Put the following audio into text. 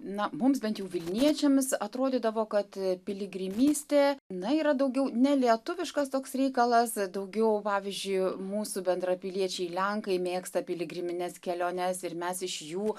na mums bent jau vilniečiams atrodydavo kad piligrimystė na yra daugiau ne lietuviškas toks reikalas daugiau pavyzdžiui mūsų bendrapiliečiai lenkai mėgsta piligrimines keliones ir mes iš jų